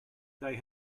they